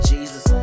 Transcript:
Jesus